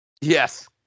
Yes